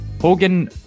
Hogan